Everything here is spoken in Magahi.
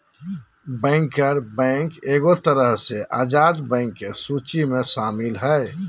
बैंकर बैंक एगो तरह से आजाद बैंक के सूची मे शामिल हय